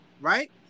right